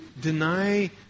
deny